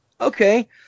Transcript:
okay